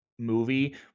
Movie